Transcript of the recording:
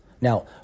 Now